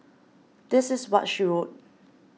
this is what she wrote